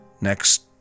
next